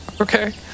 Okay